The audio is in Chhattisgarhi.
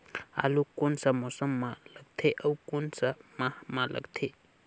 आलू कोन सा मौसम मां लगथे अउ कोन सा माह मां लगथे?